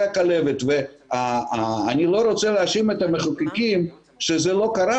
הכלבת ואני לא רוצה להאשים את המחוקקים שזה לא קרה,